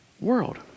world